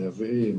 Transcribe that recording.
מייבאים,